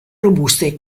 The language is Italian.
robuste